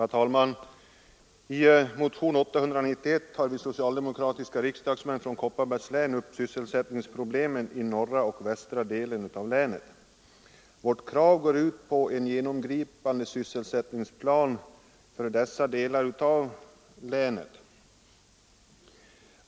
Herr talman! I motion 891 tar vi socialdemokratiska riksdagsmän från Kopparbergs län upp sysselsättningsproblemen i norra och västra delen av länet. Vårt krav går ut på en genomgripande sysselsättningsplan för dessa delar av länet.